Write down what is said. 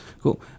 cool